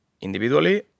individually